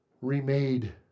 remade